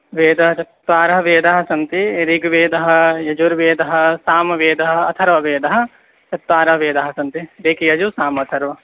वेदाः चत्वारः वेदाः सन्ति ऋग्वेदः यजुर्वेदः सामवेदः अथर्ववेदः चत्वारः वेदाः सन्ति ऋक् यजुः सामः अथर्वः